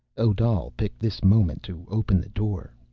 odal picked this moment to open the door.